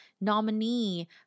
nominee